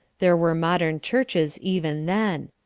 there were modern churches even then.